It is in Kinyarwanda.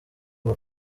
ubu